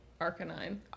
arcanine